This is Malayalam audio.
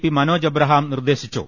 പി മനോജ് എബ്രഹാം നിർദേശിച്ചു